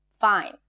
Fine